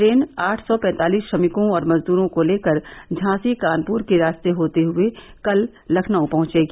train आठ सौ पैंतालीस श्रमिकों और मजदूरों को लेकर झांसी कानपुर के रास्ते से होते हुए कल लखनऊ पहुंचेगी